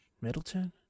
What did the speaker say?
Middleton